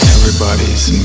Everybody's